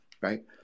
right